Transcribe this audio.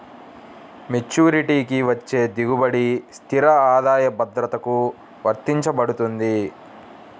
మెచ్యూరిటీకి వచ్చే దిగుబడి స్థిర ఆదాయ భద్రతకు వర్తించబడుతుంది